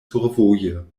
survoje